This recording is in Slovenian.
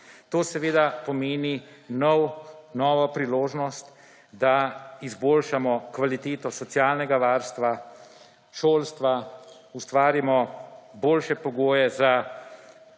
To seveda pomeni novo priložnost, da izboljšamo kvaliteto socialnega varstva, šolstva, ustvarimo boljše pogoje za